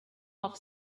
off